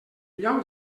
lloc